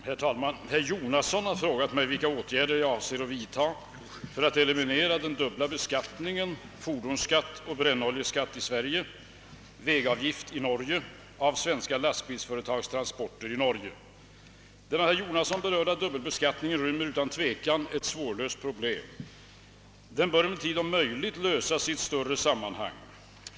Herr talman! Herr Jonasson har frågat mig vilka åtgärder jag avser att vidta för att eliminera den dubbla beskattningen av svenska lastbilsföretags transporter i Norge. Den av herr Jonasson berörda dubbelbeskattningen rymmer utan tvekan ett svårlöst problem. Den bör emellertid om möjligt lösas i ett större sammanhang.